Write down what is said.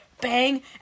bang